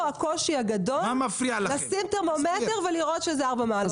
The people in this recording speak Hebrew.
היכן הקושי הגדול לשים טרמומטר ולראות שאלה 4 מעלות.